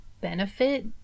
benefit